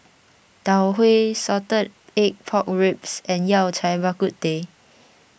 Tau Huay Salted Egg Pork Ribs and Yao Cai Bak Kut Teh